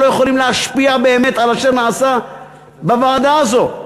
ולא יכולים להשפיע באמת על אשר נעשה בוועדה הזאת.